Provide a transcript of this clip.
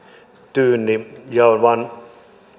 tyynni on vain